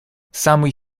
самый